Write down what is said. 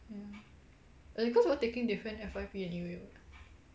ya as in cause we all taking different F_Y_P anyway [what]